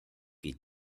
qui